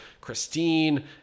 Christine